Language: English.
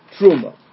Truma